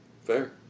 Fair